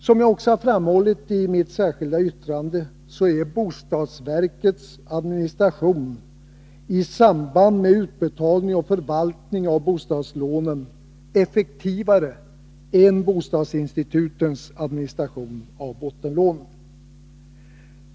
Som jag också framhållit i mitt särskilda yttrande är bostadsverkets administration i samband med utbetalning och förvaltning av bostadslånen effektivare än bostadsinstitutens administration av bottenlånen.